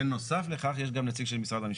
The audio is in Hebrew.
בנוסף לכך, יש גם נציג של משרד המשפטים.